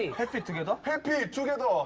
happy together. happy together. ah